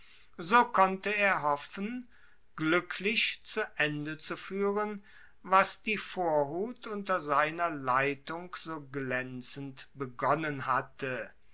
so konnte er hoffen gluecklich zu ende zu fuehren was die vorhut unter seiner leitung so glaenzend begonnen hatte